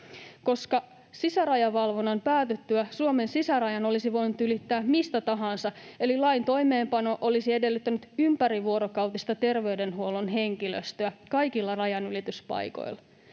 koska sisärajavalvonnan päätyttyä Suomen sisärajan olisi voinut ylittää mistä tahansa eli lain toimeenpano olisi edellyttänyt ympärivuorokautista terveydenhuollon henkilöstöä kaikilla rajanylityspaikoilla.